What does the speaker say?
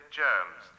germs